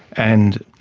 and